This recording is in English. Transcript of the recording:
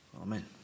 amen